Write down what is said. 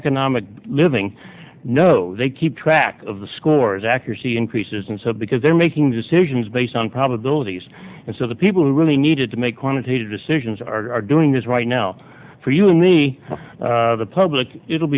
economic living no they keep track of the scores accuracy increases and so because they're making decisions based on probabilities and so the people who really needed to make quantitative decisions are doing this right now for you and me the public it'll